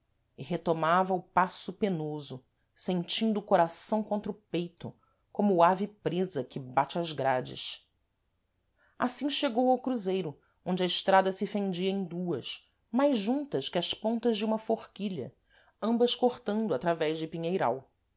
e retomava o passo penoso sentindo o coração contra o peito como ave presa que bate às grades assim chegou ao cruzeiro onde a estrada se fendia em duas mais juntas que as pontas de uma forquilha ambas cortando através de pinheiral